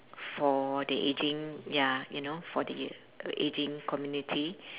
for the aging ya you know for the uh aging community